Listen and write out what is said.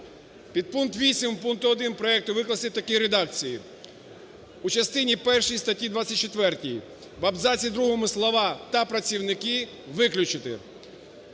Підпункт 8 пункту 1 проекту викласти в такій редакції: у частині 1 статті 24 в абзаці другому слова "та працівники" виключити.